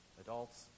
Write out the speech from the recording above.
adults